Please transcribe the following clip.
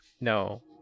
no